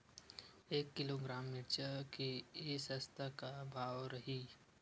एक किलोग्राम मिरचा के ए सप्ता का भाव रहि?